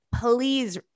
please